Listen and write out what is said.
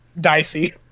dicey